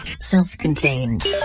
Self-contained